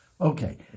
okay